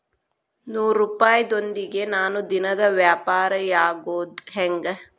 ನೂರುಪಾಯದೊಂದಿಗೆ ನಾನು ದಿನದ ವ್ಯಾಪಾರಿಯಾಗೊದ ಹೆಂಗ?